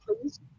please